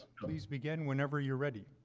please begin whenever you're ready